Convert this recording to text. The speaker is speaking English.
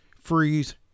Freeze